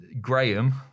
Graham